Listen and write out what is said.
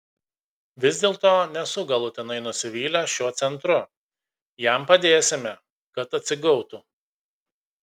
vis dėlto nesu galutinai nusivylęs šiuo centru jam padėsime kad atsigautų